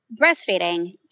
breastfeeding